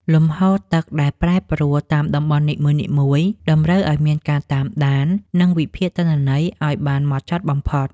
លំហូរទឹកដែលប្រែប្រួលតាមតំបន់នីមួយៗតម្រូវឱ្យមានការតាមដាន និងវិភាគទិន្នន័យឱ្យបានហ្មត់ចត់បំផុត។